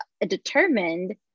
determined